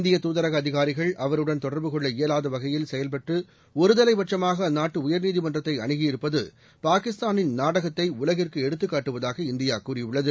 இந்திய தூதரக அதிகாரிகள் அவருடன் தொடர்பு கொள்ள இயலாத வகையில் செயல்பட்டு ஒரு தலைபட்சுமாக அந்நாட்டு உயர்நீதிமன்றத்தை அணுகியிருப்பது பாகிஸ்தானின் நாடகத்தை உலகிற்கு எடுத்துக்காட்டுவதாக இந்தியா கூறியுள்ளது